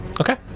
Okay